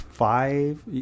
Five